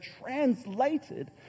translated